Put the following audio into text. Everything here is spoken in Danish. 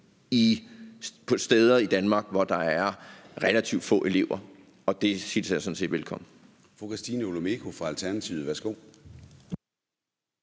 de steder i Danmark, hvor der er relativt få elever. Det hilser jeg sådan set velkommen.